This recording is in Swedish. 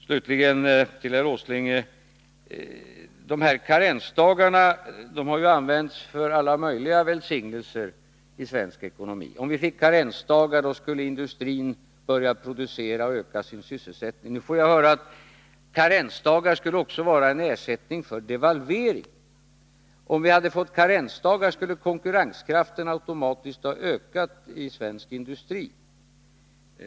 Slutligen vill jag säga till herr Åsling: Karensdagarna har använts till alla möjliga välsignelser i svensk ekonomi. Om vi hade infört karensdagar, då skulle industrin ha börjat producera och öka sin sysselsättning. Nu får jag höra att karensdagarna också skulle ha kunnat vara en ersättning för devalveringen. Om vi hade fått karensdagar skulle konkurrenskraften automatiskt ha ökat i svensk industri.